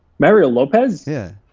mario lopez? yeah,